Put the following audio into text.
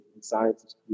scientists